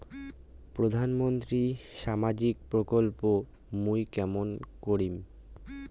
প্রধান মন্ত্রীর সামাজিক প্রকল্প মুই কেমন করিম?